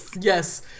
Yes